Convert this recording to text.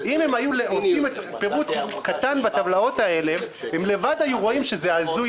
אם היו עושים פירוט בטבלאות האלה הם לבד היו רואים שהזוי